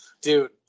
dude